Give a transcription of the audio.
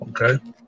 Okay